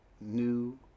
new